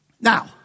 Now